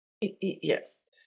Yes